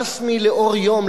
רשמית לאור יום,